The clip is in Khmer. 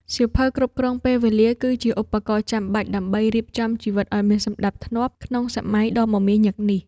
សៀវភៅគ្រប់គ្រងពេលវេលា គឺជាឧបករណ៍ចាំបាច់ដើម្បីរៀបចំជីវិតឱ្យមានសណ្ដាប់ធ្នាប់ក្នុងសម័យដ៏មមាញឹកនេះ។